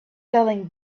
selling